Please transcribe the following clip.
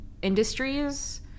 industries